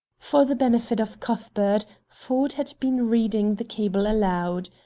for the benefit of cuthbert, ford had been reading the cable aloud.